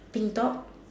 pink top